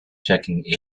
checking